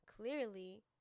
Clearly